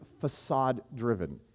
facade-driven